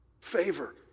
Favor